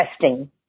testing